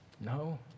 No